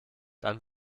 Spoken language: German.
dann